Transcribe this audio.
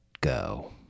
go